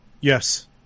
Yes